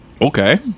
Okay